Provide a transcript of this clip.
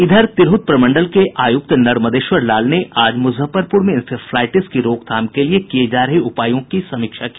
इधर तिरहत प्रमंडल के आयुक्त नर्मदेश्वर लाल ने आज मूजफ्फरपूर में इंसेफ्लाईटिस की रोकथाम के लिए किये जा रहे उपायों की समीक्षा की